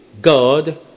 God